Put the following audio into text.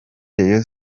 rayon